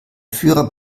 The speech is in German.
führer